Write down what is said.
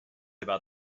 about